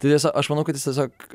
tai tiesio aš manau kad jis tiesiog